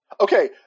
Okay